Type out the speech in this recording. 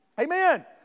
Amen